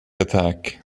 attack